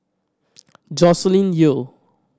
Joscelin Yeo